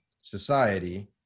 society